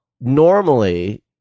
normally